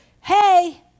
hey